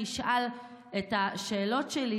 אני אשאל את השאלות שלי,